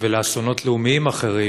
ולאסונות לאומיים אחרים,